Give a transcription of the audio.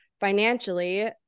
financially